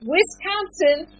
Wisconsin